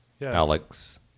Alex